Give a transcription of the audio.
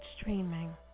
streaming